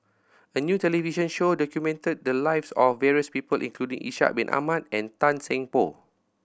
a new television show documented the lives of various people including Ishak Bin Ahmad and Tan Seng Poh